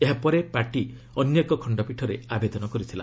ଏହା ପରେ ପାର୍ଟି ଅନ୍ୟ କ ଖଶ୍ତପୀଠରେ ଆବେଦନ କରିଥିଲା